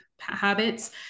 habits